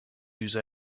use